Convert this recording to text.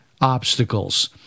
obstacles